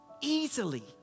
Easily